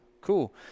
cool